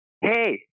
Hey